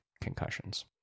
concussions